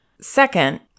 Second